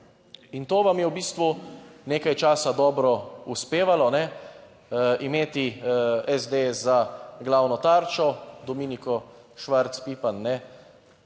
In to vam je v bistvu nekaj časa dobro uspevalo, a ne, imeti SDS za glavno tarčo, Dominiko Švarc Pipan,